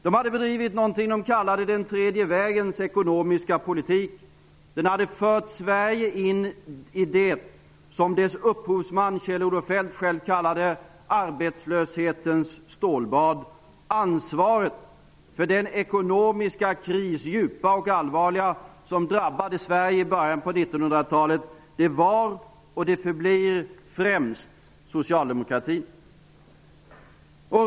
De hade bedrivit något som de kallade den tredje vägens ekonomiska politik. Den hade fört Sverige in i det som dess upphovsman Kjell-Olof Feldt själv kallade för arbetslöshetens stålbad. Ansvaret för den djupa och allvarliga ekonomiska kris som drabbade Sverige i början av 1990-talet var och förblir främst socialdemokratins.